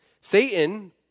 Satan